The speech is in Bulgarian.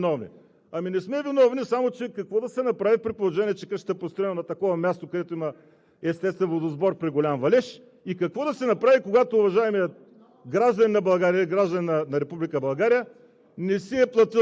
И възрастните хора казват – да, точно така, сега ще използвам думите: „Ние какво сме виновни?“ Ами не сме виновни, само че какво да се направи, при положение че къщата е построена на такова място, където има естествен водосбор при голям валеж и какво да се направи, когато уважаемият